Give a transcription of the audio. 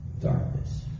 darkness